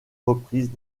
reprises